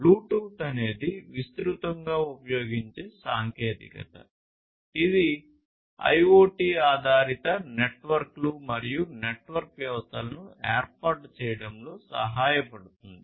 Bluetooth అనేది విస్తృతంగా ఉపయోగించే సాంకేతికత ఇది IoT ఆధారిత నెట్వర్క్లు మరియు నెట్వర్క్ వ్యవస్థలను ఏర్పాటు చేయడంలో సహాయపడుతుంది